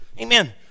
amen